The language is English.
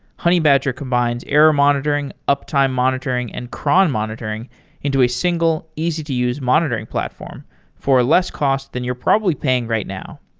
honeybadger combines error monitoring, uptime monitoring and cron monitoring into a single easy to use monitoring platform for less cost than you're probably paying right now.